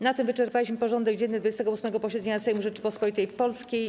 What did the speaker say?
Na tym wyczerpaliśmy porządek dzienny 28. posiedzenia Sejmu Rzeczypospolitej Polskiej.